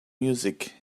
music